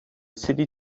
city